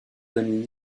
donne